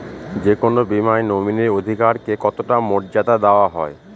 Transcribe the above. যে কোনো বীমায় নমিনীর অধিকার কে কতটা মর্যাদা দেওয়া হয়?